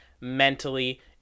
mentally